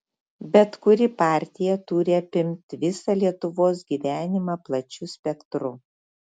bet kuri partija turi apimt visą lietuvos gyvenimą plačiu spektru